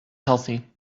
healthy